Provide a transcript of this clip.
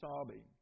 sobbing